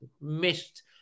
missed